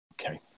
Okay